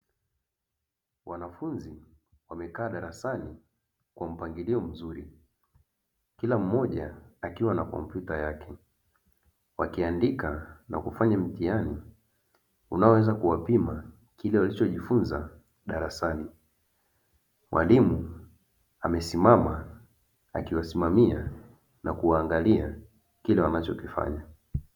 Wanafunzi wamekaa darasani kwa mpangilio mzuri, kila mmoja akiwa na kompyuta yake, wakiandika na kufanya mitihani unaoweza kuwapima kile walichojifunza darasani. Mwalimu amesimama akiwasimamia na kuwaangalia kila wanachokifanya.